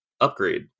upgrade